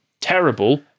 terrible